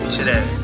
today